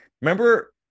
remember